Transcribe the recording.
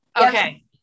Okay